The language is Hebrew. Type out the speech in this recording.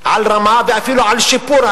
שדרות תימצא 44 דקות מ"עזריאלי".